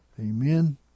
Amen